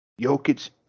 Jokic